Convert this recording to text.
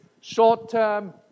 short-term